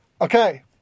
Okay